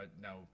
Now